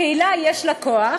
לקהילה יש כוח,